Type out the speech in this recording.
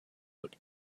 out